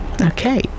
Okay